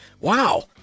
wow